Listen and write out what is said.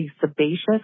sebaceous